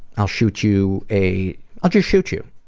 i'll shoot you a i'll just shoot you.